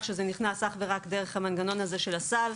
שזה נכנס אך ורק דרך המנגנון הזה של הסל.